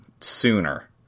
sooner